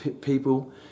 people